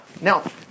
Now